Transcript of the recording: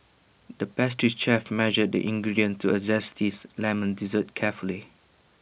the pastry chef measured the ingredients to A zest teeth Lemon Dessert carefully